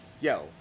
Yo